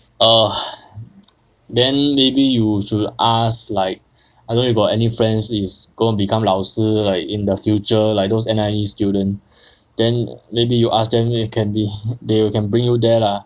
oh then maybe you should ask like I don't know you got any friends is going to become 老师 like in the future like those N_I_E student then maybe you ask them you can be they will can bring you there lah